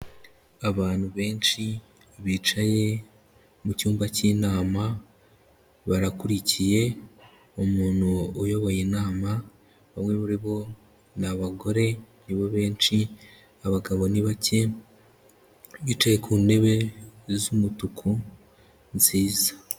Abantu benshi bicaye mu cyumba k'inama barakurikiye, umuntu uyoboye inama bamwe muri bo ni abagore ni bo benshi abagabo bake bicaye ku ntebe z'umutuku nziza.